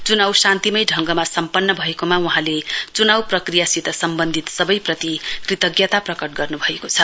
चुनाउ शान्तिमय ढङ्गमा सम्पन्न भएकोमा वहाँले चुनाउ प्रक्रियासित सम्बन्धित सबैप्रति कृतज्ञता प्रकट गर्नुभएको छ